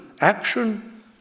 action